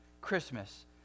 Christmas